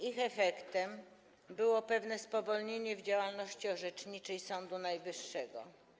Ich efektem było pewne spowolnienie w działalności orzeczniczej Sądu Najwyższego.